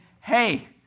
hey